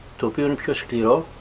teaspoon. because you know